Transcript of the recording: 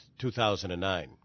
2009